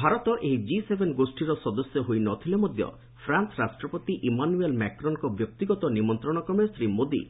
ଭାରତ ଏହି G seven ଗୋଷୀର ସଦସ୍ୟ ହୋଇନଥିଲେ ମଧ୍ୟ ଫ୍ରାନ୍ସ ରାଷ୍ଟ୍ରପତି ଇମାନ୍ଓ୍ବେଲ୍ ମାକ୍ରନ୍ଙ୍କ ବ୍ୟକ୍ତିଗତ ନିମନ୍ତ୍ରଣ କ୍ରମେ ଶ୍ରୀ ମୋଦୀ